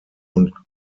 und